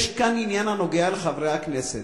יש כאן עניין הנוגע לחברי הכנסת.